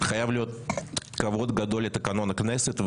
חייב להיות כבוד גדול לתקנון הכנסת,